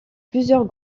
plusieurs